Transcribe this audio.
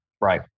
Right